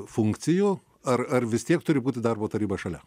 funkcijų ar ar vis tiek turi būti darbo taryba šalia